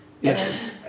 Yes